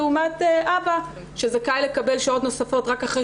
לעומת אבא שזכאי לקבל שעות נוספות רק אחרי